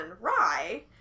rye